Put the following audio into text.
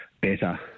better